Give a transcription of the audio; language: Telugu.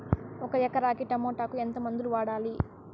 ఒక ఎకరాకి టమోటా కు ఎంత మందులు వాడాలి?